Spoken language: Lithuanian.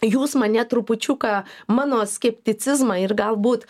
jūs mane trupučiuką mano skepticizmą ir galbūt